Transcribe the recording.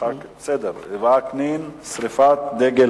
ועדיין אין חדש בחקירתו.